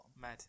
mad